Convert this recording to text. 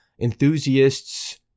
enthusiasts